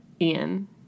Ian